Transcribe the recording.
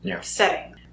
setting